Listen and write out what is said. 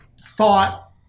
thought